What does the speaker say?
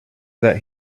that